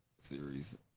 series